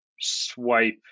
swipe